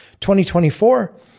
2024